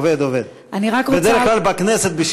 עובד,